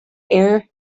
air